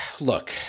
Look